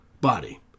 body